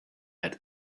had